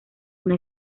una